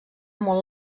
molt